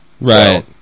Right